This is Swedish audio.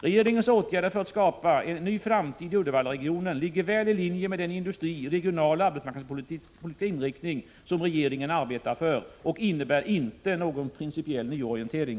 Regeringens åtgärder för att skapa ny framtid i Uddevallaregionen ligger väl i linje med den industri-, regionaloch arbetsmarknadspolitiska inriktning som regeringen arbetar för och innebär inte någon principiell nyorientering.